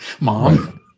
mom